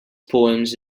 poems